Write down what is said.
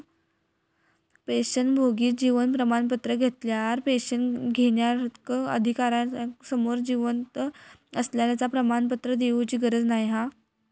पेंशनभोगी जीवन प्रमाण पत्र घेतल्यार पेंशन घेणार्याक अधिकार्यासमोर जिवंत असल्याचा प्रमाणपत्र देउची गरज नाय हा